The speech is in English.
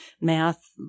math